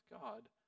God